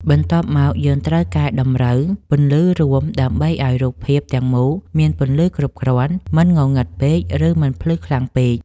បន្ទាប់មក យើងត្រូវកែតម្រូវ ពន្លឺរួម ដើម្បីឱ្យរូបភាពទាំងមូលមានពន្លឺគ្រប់គ្រាន់ មិនងងឹតពេក ឬមិនភ្លឺខ្លាំងពេក។